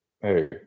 hey